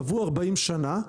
עברו 40 שנה,